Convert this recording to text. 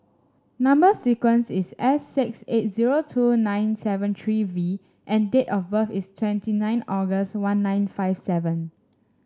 number sequence is S six eight zero two nine seven three V and date of birth is twenty nine August one nine five seven